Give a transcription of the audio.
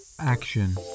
Action